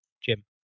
Jim